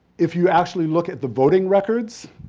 if you actually look at the voting records,